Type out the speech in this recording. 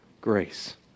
grace